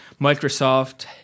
Microsoft